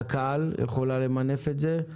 קק"ל יכולה למנף את זה.